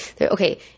Okay